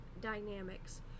dynamics